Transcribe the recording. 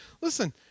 listen